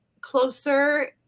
closer